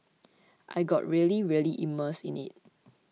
I got really really immersed in it